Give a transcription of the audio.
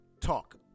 talk